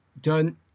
Done